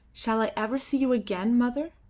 shall i ever see you again, mother?